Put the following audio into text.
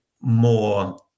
more